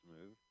move